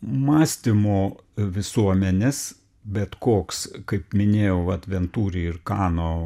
mąstymo visuomenės bet koks kaip minėjau vat venturi ir kano